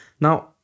Now